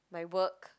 my work